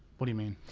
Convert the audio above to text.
what do you mean?